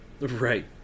Right